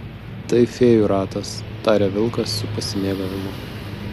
tai fėjų ratas taria vilkas su pasimėgavimu